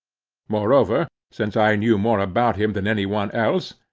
moreover, since i knew more about him than any one else,